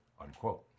unquote